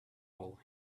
all